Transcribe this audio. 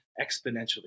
exponentially